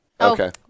Okay